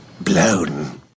blown